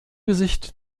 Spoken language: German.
gesicht